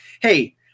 hey –